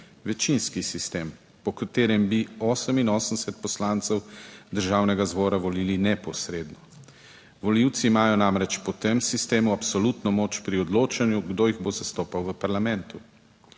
večinski sistem, po katerem bi 88 poslancev državnega zbora volili neposredno; volivci imajo namreč po tem sistemu absolutno moč pri odločanju, kdo jih bo zastopal v parlamentu.